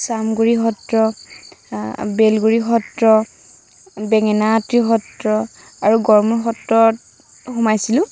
চামগুৰি সত্ৰ বেলগুৰি সত্ৰ বেঙেনাআটী সত্ৰ আৰু গড়মূৰ সত্ৰত সোমাইছিলোঁ